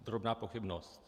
Drobná pochybnost.